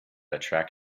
attract